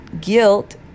Guilt